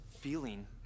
feeling